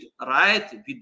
right